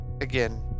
again